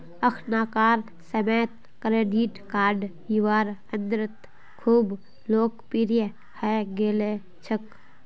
अखनाकार समयेत credit card युवार अंदरत खूब लोकप्रिये हई गेल छेक